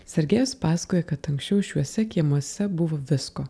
sergėjus pasakojo kad anksčiau šiuose kiemuose buvo visko